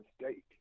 mistake